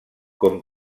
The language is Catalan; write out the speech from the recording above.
com